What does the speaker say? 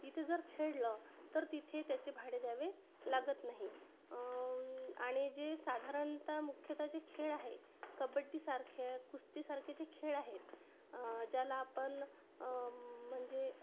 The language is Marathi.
तिथे जर खेळलं तर तिथे त्याचे भाडे द्यावे लागत नाही आणि जे साधारणतः मुख्यतः जे खेळ आहे कबड्डी सारख्या कुस्तीसारखे जे खेळ आहेत ज्याला आपण म्हणजे